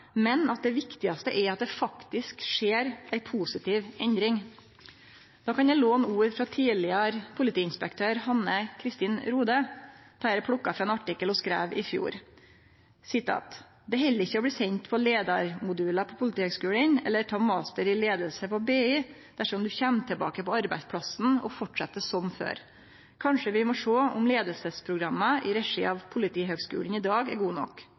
men at det viktigaste er at det faktisk skjer ei positiv endring. Då kan eg låne ord frå tidlegare politiinspektør Hanne Kristin Rohde. Dette er plukka frå ein artikkel ho skreiv i fjor: «Det holder ikke å bli sendt på ledermoduler på Politihøgskolen, eller ta master i ledelse på BI, dersom du kommer tilbake på arbeidsplassen og fortsetter som før.» Kanskje vi må sjå om leiarprogramma i regi av Politihøgskolen i dag er gode nok.